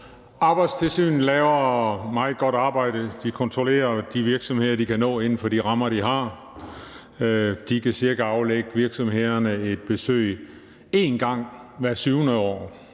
Arbejdstilsynet laver meget godt arbejde. De kontrollerer de virksomheder, de kan nå inden for de rammer, de har. De kan aflægge virksomhederne et besøg cirka én gang hvert syvende år,